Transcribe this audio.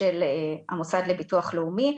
של המוסד לביטוח לאומי,